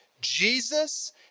Jesus